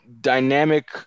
dynamic